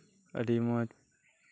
ᱟᱸᱰᱤ ᱢᱚᱸᱡᱽ